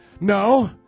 No